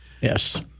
Yes